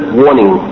warning